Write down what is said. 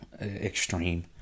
extreme